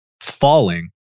falling